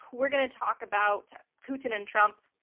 we're going to talk about putin and trump.